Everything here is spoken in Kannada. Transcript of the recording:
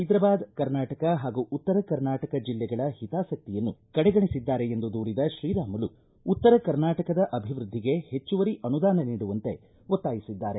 ಹೈದರಾಬಾದ್ ಕರ್ನಾಟಕ ಹಾಗೂ ಉತ್ತರ ಕರ್ನಾಟಕ ಬೆಲ್ಲೆಗಳ ಹಿತಾಸಕ್ತಿಯನ್ನು ಕಡೆಗಣಿಸಿದ್ದಾರೆ ಎಂದು ದೂರಿದ ಶ್ರೀರಾಮುಲು ಉತ್ತರ ಕರ್ನಾಟಕದ ಅಭಿವೃದ್ದಿಗೆ ಹೆಚ್ಚುವರಿ ಅನುದಾನ ನೀಡುವಂತೆ ಒತ್ತಾಯಿಸಿದ್ದಾರೆ